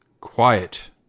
Quiet